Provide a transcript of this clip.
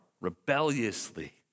rebelliously